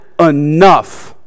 enough